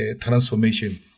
transformation